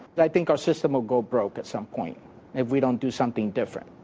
but i think our system will go broke at some point if we don't do something different.